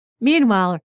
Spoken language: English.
Meanwhile